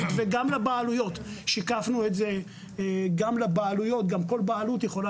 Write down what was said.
וגם לבעלויות שיקפנו את זה גם לבעלויות וגם כל בעלות יכולה